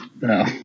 no